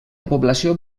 població